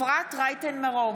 אפרת רייטן מרום,